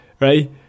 right